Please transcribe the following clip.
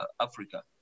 Africa